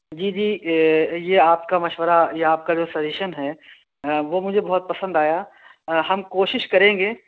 جی جی یہ آپ کا مشورہ یہ آپ کا جو سجیشن ہے وہ مجھے بہت پسند آیا ہم کوشش کریں گے